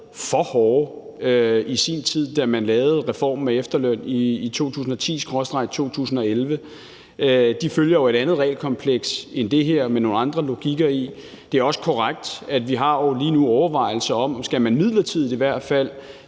for hårde i sin tid, da man lavede reformen med efterløn i 2010/2011 – følger et andet regelkompleks end det her, og at de har nogle andre logikker. Det er også korrekt, at vi lige nu har overvejelser om, om man i hvert fald